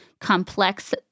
complex